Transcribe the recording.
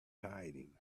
hiding